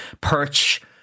perch